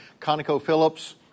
ConocoPhillips